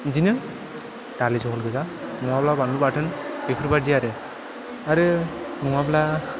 बिदिनो दालि जहल गोजा नङाब्ला बानलु बाथोन बेफोरबायदि आरो आरो नङाब्ला